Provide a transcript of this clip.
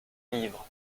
livre